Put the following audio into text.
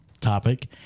topic